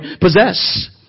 possess